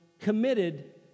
committed